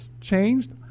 changed